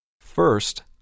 First